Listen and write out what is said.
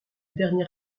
dernier